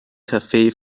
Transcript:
cafe